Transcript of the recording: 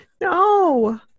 No